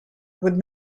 would